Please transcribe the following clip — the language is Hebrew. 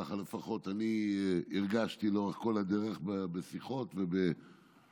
כך לפחות אני הרגשתי לאורך כל הדרך בשיחות ובהבעות,